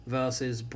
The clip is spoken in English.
...versus